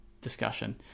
discussion